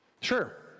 Sure